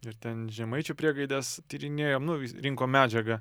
ir ten žemaičių priegaides tyrinėjom nu rinkom medžiagą